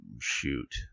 shoot